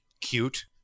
cute